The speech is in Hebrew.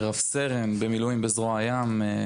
רב סרן במילואים בזרוע הים,